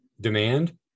demand